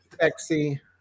Sexy